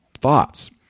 thoughts